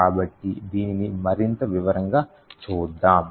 కాబట్టి దీనిని మరింత వివరంగా చూద్దాం